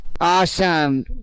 Awesome